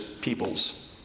peoples